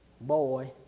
boy